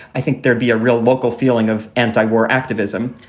i think there'd be a real local feeling of anti-war activism.